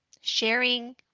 sharing